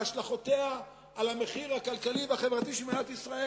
והשלכותיה על המחיר הכלכלי והחברתי של מדינת ישראל?